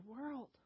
world